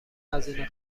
هزینه